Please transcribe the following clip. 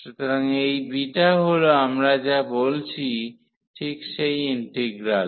সুতরাং এই বিটা হল আমরা যা বলছি ঠিক সেই ইন্টিগ্রাল